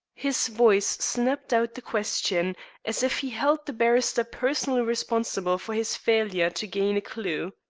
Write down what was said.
his voice snapped out the question as if he held the barrister personally responsible for his failure to gain a clue.